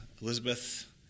Elizabeth